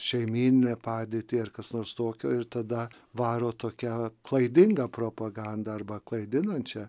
šeimyninę padėtį ar kas nors tokio ir tada varo tokią klaidingą propagandą arba klaidinančią